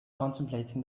contemplating